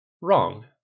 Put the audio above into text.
Wrong